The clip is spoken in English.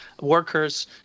workers